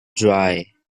dry